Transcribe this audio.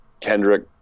Kendrick